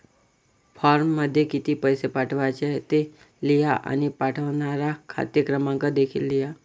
फॉर्ममध्ये किती पैसे पाठवायचे ते लिहा आणि पाठवणारा खाते क्रमांक देखील लिहा